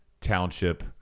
township